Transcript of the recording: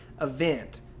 event